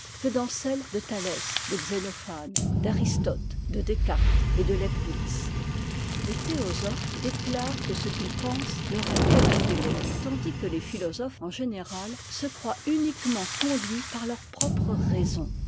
que dans celles de thalès de xénophane d'aristote de descartes et de leibnitz les théosophes déclarent que ce qu'ils pensent leur a été révélé tandis que les philosophes en général se croient uniquement conduits par leur propre raison